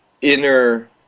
inner